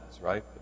right